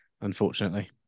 unfortunately